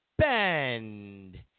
Bend